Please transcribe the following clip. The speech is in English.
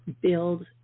build